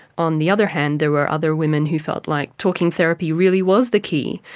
on the other hand, there were other women who felt like talking therapy really was the key,